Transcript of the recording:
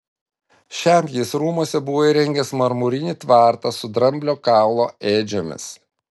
šiam jis rūmuose buvo įrengęs marmurinį tvartą su dramblio kaulo ėdžiomis